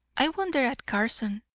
i wonder at carson.